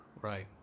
Right